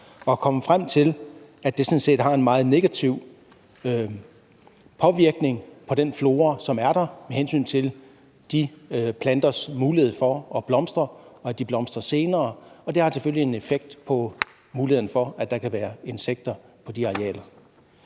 man er kommet frem til, at det sådan set har en meget negativ påvirkning på den flora, som er der, med hensyn til planternes mulighed for at blomstre, og at de blomstrer senere, og det har selvfølgelig en effekt på muligheden for, at der kan være insekter på de arealer.